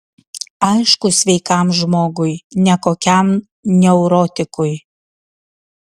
aišku sveikam žmogui ne kokiam neurotikui